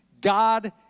God